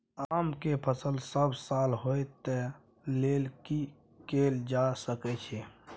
आम के फसल सब साल होय तै लेल की कैल जा सकै छै?